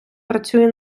працюю